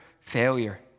failure